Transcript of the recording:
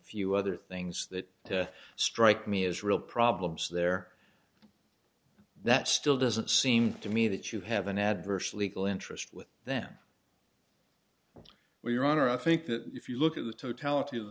few other things that strike me as real problems there that still doesn't seem to me that you have an adverse legal interest with them or your honor i think that if you look at the t